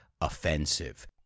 offensive